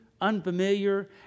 unfamiliar